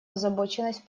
озабоченность